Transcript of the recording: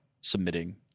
submitting